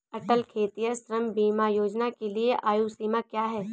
अटल खेतिहर श्रम बीमा योजना के लिए आयु सीमा क्या है?